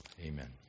Amen